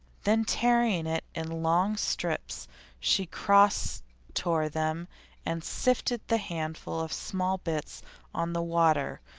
then tearing it in long strips she cross tore them and sifted the handful of small bits on the water,